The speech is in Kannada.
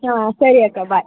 ಹಾಂ ಸರಿ ಅಕ್ಕ ಬಾಯ್